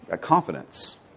Confidence